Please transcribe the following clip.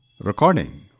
Recording